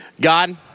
God